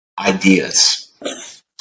ideas